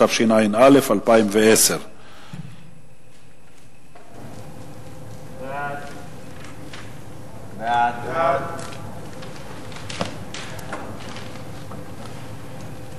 התשע"א 2010. ההצעה להעביר את הצעת חוק הכניסה לישראל (תיקון מס' 20)